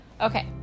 Okay